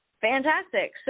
Fantastic